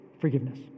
forgiveness